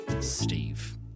Steve